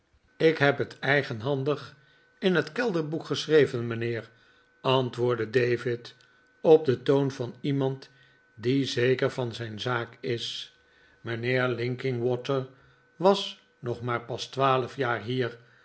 ik heb het eigenhandig in het kelderboek geschreven mijnheer antwoordde david op den toon van iemand die zeker van zijn zaak is mijnheer linkinwater was nog maar pas twaalf jaar hier